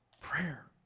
Prayer